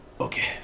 okay